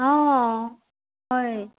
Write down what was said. অঁ হয়